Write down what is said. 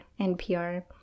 NPR